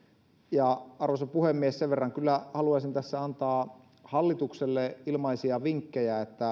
arvoisa puhemies sen verran kyllä haluaisin tässä antaa hallitukselle ilmaisia vinkkejä että